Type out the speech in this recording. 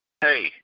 Hey